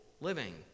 living